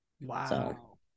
Wow